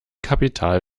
kapital